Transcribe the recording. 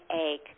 egg